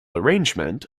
arrangement